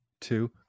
two